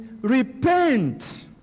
repent